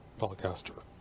polycaster